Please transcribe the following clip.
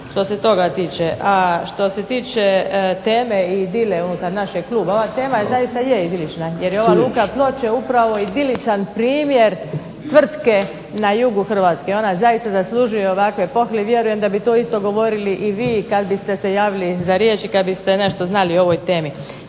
što se toga tiče. A što se tiče teme i idile unutar našeg klub, ova tema zaista je idilična, jer je ova Luka Ploče upravo idiličan primjer tvrtke na jugu Hrvatske. Ona zaista zaslužuje ovakve pohvale i vjerujem da bi to isto govorili i vi kada biste se javili za riječ i kada biste nešto znali o ovoj temi.